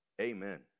Amen